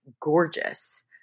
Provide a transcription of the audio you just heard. gorgeous